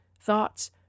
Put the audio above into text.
thoughts